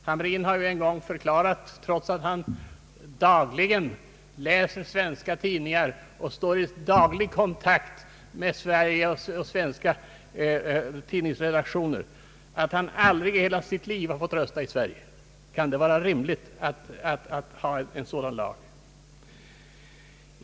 Hamrin har en gång förklarat att han, trots att han dagligen läser svenska tidningar och står i daglig kontakt med sin tidningsredaktion hemma i Sverige, aldrig i hela sitt liv fått rösta i Sverige. Kan det vara rimligt att ha en sådan lag?